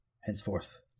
Henceforth